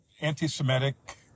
anti-Semitic